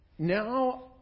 Now